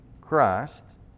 Christ